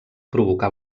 provocar